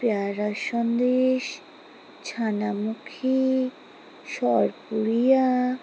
পেয়ারা সন্দেশ ছানামুখী সরপুরিয়া